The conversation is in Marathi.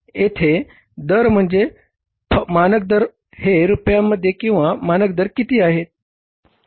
येथे दर म्हणजेच मानक दर हे रुपयांमध्ये आहे हे मानक दर किती आहे